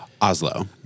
Oslo